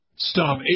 stop